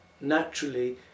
naturally